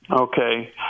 Okay